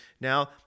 now